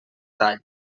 tall